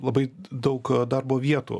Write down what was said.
labai daug darbo vietų